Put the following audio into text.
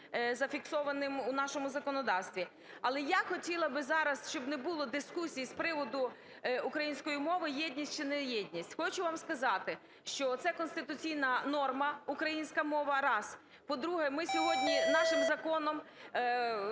зафіксованим у нашому законодавстві. Але я хотіла би зараз, щоб не було дискусій з приводу української мови: єдність чи не єдність. Хочу вам сказати, що це конституційна норма – українська мова – раз. По-друге, ми сьогодні нашим законом